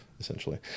essentially